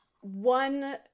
One